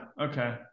Okay